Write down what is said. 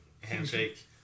handshake